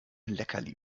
leckerli